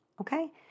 Okay